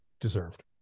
deserved